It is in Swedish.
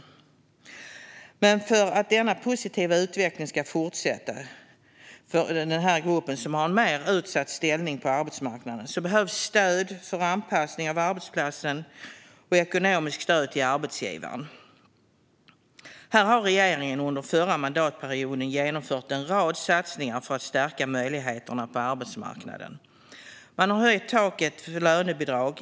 Men för att denna positiva utveckling ska fortsätta för gruppen som har en mer utsatt ställning på arbetsmarknaden behövs stöd för anpassning av arbetsplatsen och ekonomiskt stöd till arbetsgivaren. Här har regeringen under förra mandatperioden genomfört en rad satsningar för att stärka gruppens möjligheter på arbetsmarknaden. Man har höjt taket för lönebidrag.